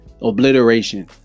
obliteration